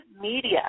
Media